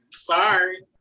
Sorry